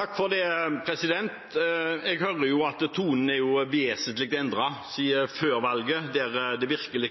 Jeg hører at tonen er vesentlig endret siden før valget. Da var det virkelig